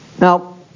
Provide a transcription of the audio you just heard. Now